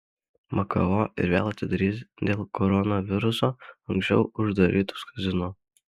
makao ir vėl atidarys dėl koronaviruso anksčiau uždarytus kazino